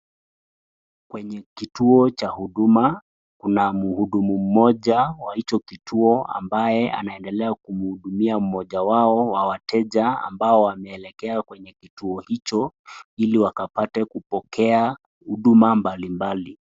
Kwenye kituo cha huduma, kuna mhudumu mmoja wa hicho kituo ambaye anaendelea kumhudumia mmoja wao wa wateja ambao wamelekea kwenye kituo hicho ili wakapate kupokea huduma mbali mbali.